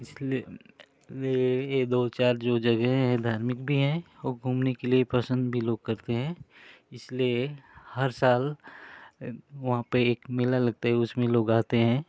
इसलिए ये दो चार जो जगह हैं धार्मिक भी हैं वह घूमने के लिए पसन्द भी लोग करते हैं इसलिए हर साल वहाँ पर एक मेला लगता है उसमें लोग आते हैं